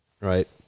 right